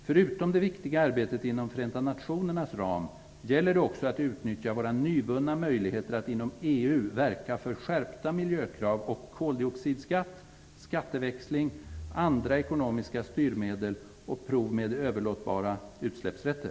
Förutom det viktiga arbetet inom Förenta nationernas ram gäller det också att utnyttja våra nyvunna möjligheter att inom EU verka för skärpta miljökrav och koldioxidskatt, skatteväxling och andra ekonomiska styrmedel samt prov med överlåtbara utsläppsrätter.